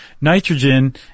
Nitrogen